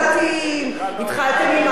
התחלתם עם העמותות,